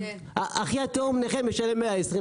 אחי התאום שהוא נכה משלם 120 שקל,